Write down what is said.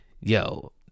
Yo